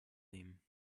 nehmen